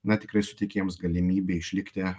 na tikrai suteikė jiems galimybę išlikti